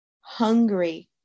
hungry